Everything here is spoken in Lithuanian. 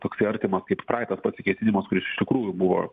toksai artimas kaip praeitas pasikėsinimas kuris iš tikrųjų buvo